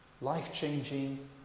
life-changing